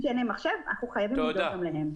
אנשים שאין להם מחשב אנחנו חייבים לדאוג גם להם.